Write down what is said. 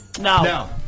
No